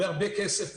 הרבה כסף,